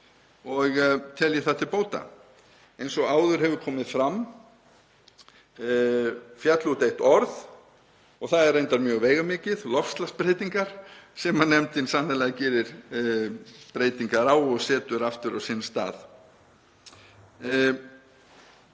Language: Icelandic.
og tel ég það til bóta. Eins og áður hefur komið fram féll út eitt orð, það er reyndar mjög veigamikið — loftslagsbreytingar — sem nefndin sannarlega gerir breytingar á og setur aftur á sinn stað.